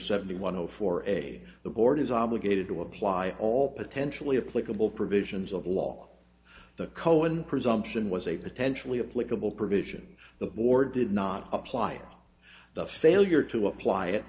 seventy one zero four a the board is obligated to apply all potentially applicable provisions of law the kohen presumption was a potentially a political provision the board did not apply or the failure to apply it